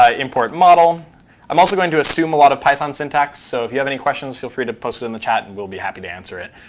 ah import model i'm also going to assume a lot of python syntax, so if you have any questions, feel free to post it in the chat and we'll be happy to answer it.